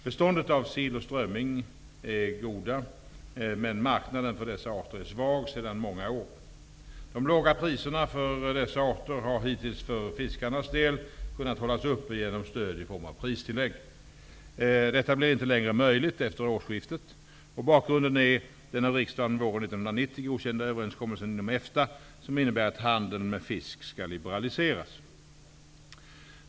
Bestånden av sill och strömming är goda medan marknaden för dessa arter är svag sedan många år. De låga priserna för dessa arter har hittills för fiskarnas del kunnat hållas uppe genom stöd i form av pristillägg. Detta blir inte längre möjligt efter årsskiftet. Bakgrunden är den av riksdagen våren 1990 godkända överenskommelsen inom EFTA som innebär att handeln med fisk skall liberaliseras.